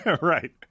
Right